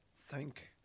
thank